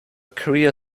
career